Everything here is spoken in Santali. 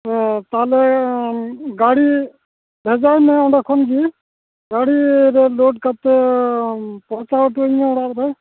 ᱛᱟᱦᱚᱞᱮ ᱜᱟᱹᱲᱤ ᱞᱟᱜᱟᱣ ᱢᱮ ᱚᱸᱰᱮ ᱠᱷᱚᱱ ᱜᱮ ᱜᱟᱹᱲᱤ ᱨᱮ ᱞᱳᱰ ᱠᱟᱛᱮᱫ ᱯᱳᱣᱪᱷᱟᱣᱴᱚᱣᱟᱹᱧ ᱢᱮ ᱚᱲᱟᱜ ᱨᱮ